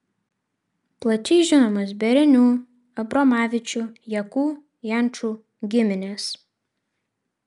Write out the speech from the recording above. plačiai žinomos berenių abromavičių jakų jančų giminės